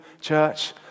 church